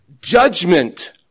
judgment